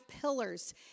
pillars